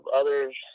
others